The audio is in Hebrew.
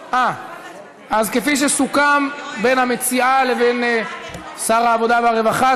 כפי שסוכם בין המציעה לבין שר העבודה והרווחה,